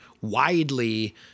widely